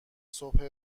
صبح